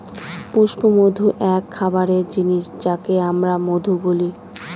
পুষ্পমধু এক খাবারের জিনিস যাকে আমরা মধু বলি